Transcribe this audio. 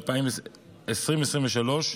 2023,